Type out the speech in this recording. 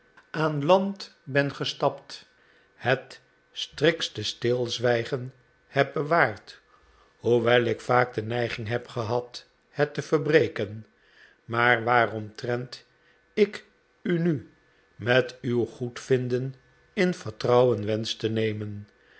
aan land ben gestapt het striktste stilzwijgen heb bewaard hoewel ik vaak de neiging heb gehad het te verbreken maar waaromtrent ik u nu met uw goedvinden in vertrouwen wensch te nemen